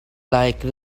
like